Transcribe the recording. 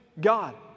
God